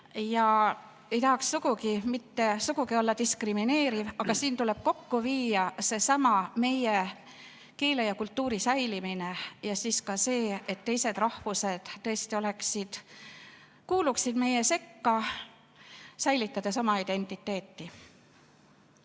Ei tahaks mitte sugugi olla diskrimineeriv, aga siin tuleb kokku viia seesama meie keele ja kultuuri säilimine ja siis ka see, et teised rahvused tõesti kuuluksid meie sekka, säilitades oma identiteeti.